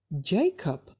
jacob